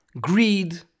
greed